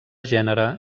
gènere